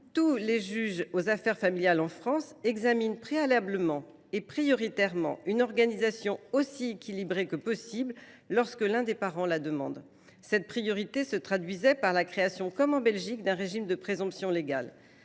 tous les juges aux affaires familiales (JAF) examinent préalablement et prioritairement une organisation aussi équilibrée que possible lorsque l’un des parents le demande. Cette priorité se traduisait par la création, comme en Belgique, d’un régime de présomption légale,